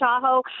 Tahoe